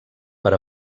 per